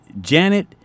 Janet